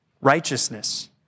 righteousness